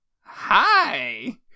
Hi